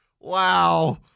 Wow